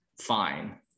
fine